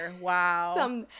Wow